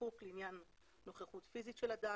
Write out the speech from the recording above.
בחיקוק לעניין נוכחות פיזית של אדם,